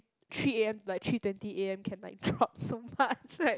three A_M like three twenty A_M can like drop so much like